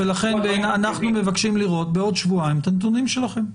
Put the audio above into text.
לכן אנחנו מבקשים לראות בעוד שבועיים את הנתונים שלכם.